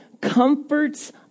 comforts